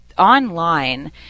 Online